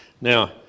Now